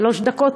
שלוש דקות?